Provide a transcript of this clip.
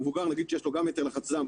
מבוגר שיש לו גם יתר לחץ דם,